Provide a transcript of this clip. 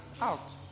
out